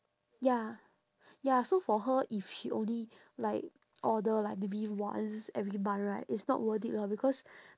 ya ya so for her if she only like order like maybe once every month right it's not worth it lor because